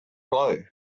blow